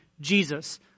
Jesus